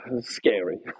scary